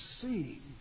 seeing